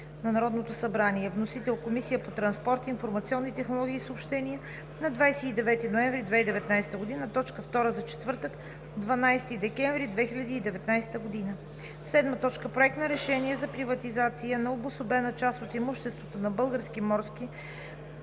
от Народното събрание. Вносител – Комисията по транспорт, информационни технологии и съобщения на 29 ноември 2019 г., точка втора за четвъртък, 12 декември 2019 г. 7. Проект на решение за приватизация на обособена част от имуществото на „Български морски